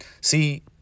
See